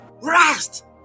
rest